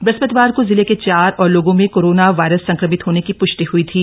बृहस्पतिवार को जिले के चार और लोगों में कोरोना वायरस संक्रमित होने की पृष्टि हई थी